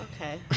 Okay